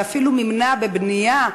ואפילו מימנה בבנייה,